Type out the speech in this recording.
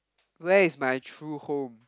where is my true home